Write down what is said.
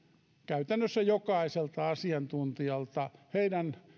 käytännössä jokaiselta asiantuntijalta heidän